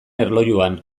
erlojuan